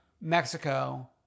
Mexico